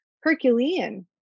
Herculean